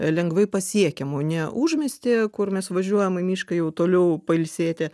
lengvai pasiekiamų ne užmiestyje kur mes važiuojam į mišką jau toliau pailsėti